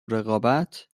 رقابت